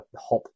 hop